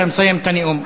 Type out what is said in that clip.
אתה מסיים את הנאום.